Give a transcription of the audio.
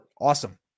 Awesome